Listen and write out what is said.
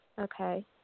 Okay